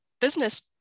business